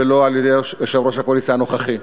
ולא על-ידי יושב-ראש הקואליציה הנוכחי.